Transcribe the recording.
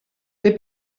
they